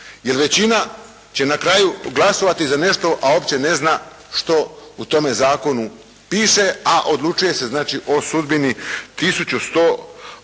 Jer većina će na kraju glasovati za nešto, a uopće nezna što u tome zakonu piše, a odlučuje se znači o sudbini